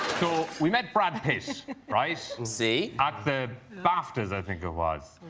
so we met brad fish rice zee at the baftas i think it was